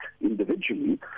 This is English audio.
individually